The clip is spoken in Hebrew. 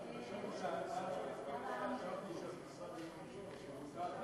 הישיבה הבאה תתקיים ביום שני, י"א